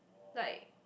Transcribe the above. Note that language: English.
like